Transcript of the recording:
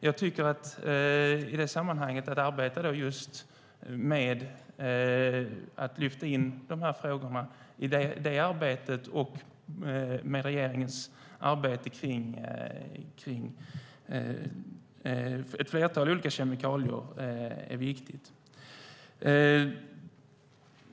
Jag tycker att arbetet med att lyfta in de frågorna i det arbetet och regeringens arbete kring ett flertal olika kemikalier är viktigt.